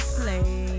play